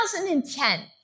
2010